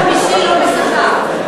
סגן חמישי לא בשכר.